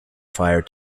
fire